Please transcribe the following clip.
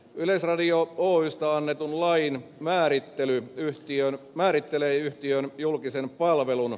yleisradio oystä annetun laki määrittelee yhtiön julkisen palvelun